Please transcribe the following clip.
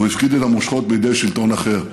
והוא הפקיד את המושכות בידי שלטון אחר.